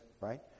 right